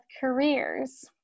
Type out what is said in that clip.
careers